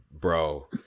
bro